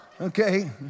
okay